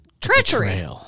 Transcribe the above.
treachery